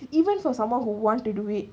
even for someone who wants to do it